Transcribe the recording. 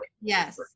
yes